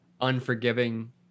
unforgiving